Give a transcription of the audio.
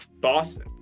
boston